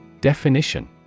Definition